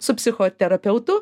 su psichoterapeutu